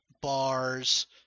Bars